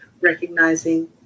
Recognizing